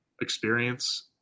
experience